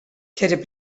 ceithre